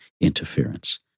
interference